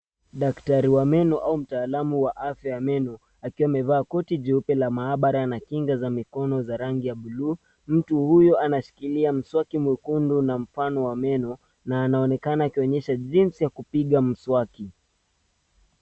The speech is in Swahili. Daktari wa meno au mtaalamu wa afya ya meno akiwa amevaa koti jeupe la maabara na kinga za mikono za rangi ya bluu. Mtu huyu anashikilia mswaki mwekundu na mfano wa meno, na anaonekana akionyesha jinsi ya kupiga mswaki.